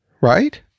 Right